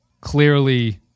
clearly